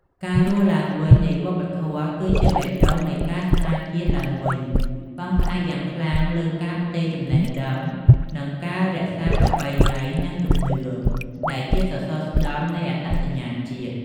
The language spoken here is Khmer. ការរស់ឡើងវិញនៃវប្បធម៌គឺជាបេះដូងនៃការស្តារជាតិឡើងវិញ ពឹងផ្អែកយ៉ាងខ្លាំងលើ ការផ្ទេរចំណេះដឹងនិងការរក្សាប្រពៃណី និងជំនឿដែលជាសសរស្តម្ភនៃអត្តសញ្ញាណជាតិ។